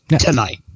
tonight